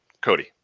Cody